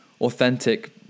authentic